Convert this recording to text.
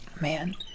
Man